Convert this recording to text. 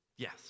Yes